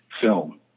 Film